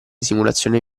simulazione